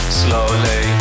slowly